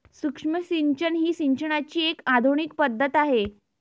सूक्ष्म सिंचन ही सिंचनाची एक आधुनिक पद्धत आहे